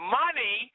money